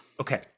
Okay